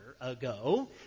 ago